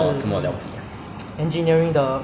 !hey! 你懂 joseph 也是去 N_I_E